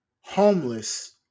homeless